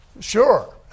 Sure